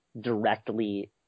directly